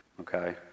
okay